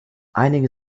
einige